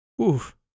Oof